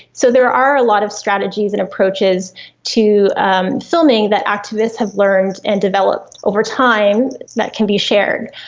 so there are a lot of strategies and approaches to um filming that activists have learned and developed over time that can be shared.